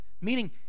Meaning